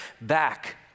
back